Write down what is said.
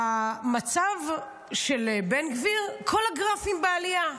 במצב של בן גביר כל הגרפים בעלייה.